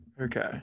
Okay